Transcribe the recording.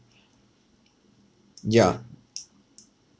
ya